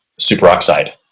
superoxide